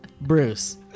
Bruce